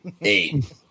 Eight